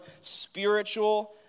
spiritual